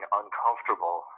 uncomfortable